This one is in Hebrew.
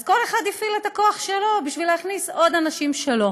אז כל אחד הפעיל את הכוח שלו בשביל להכניס עוד אנשים שלו.